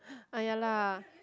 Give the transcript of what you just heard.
!aiya! lah